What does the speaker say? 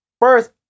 First